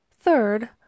Third